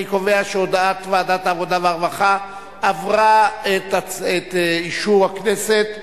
אני קובע שהודעת ועדת העבודה והרווחה עברה את אישור הכנסת ואכן,